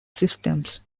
systems